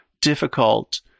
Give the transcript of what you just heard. difficult